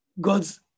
God's